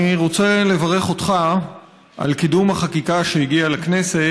אני רוצה לברך אותך על קידום החקיקה שהגיעה לכנסת